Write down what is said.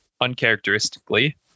uncharacteristically